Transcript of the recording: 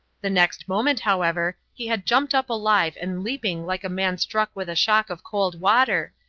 the next moment, however, he had jumped up alive and leaping like a man struck with a shock of cold water,